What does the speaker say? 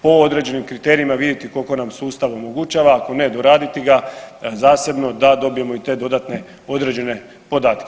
Po određenim kriterijima vidjeti koliko nam sustav omogućava, ako ne doraditi ga zasebno da dobijemo i te dodatne određene podatke.